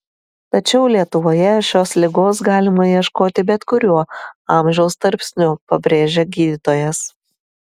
tačiau lietuvoje šios ligos galima ieškoti bet kuriuo amžiaus tarpsniu pabrėžia gydytojas